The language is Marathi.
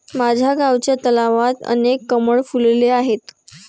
माझ्या गावच्या तलावात अनेक कमळ फुलले आहेत